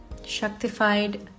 Shaktified